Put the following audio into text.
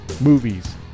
movies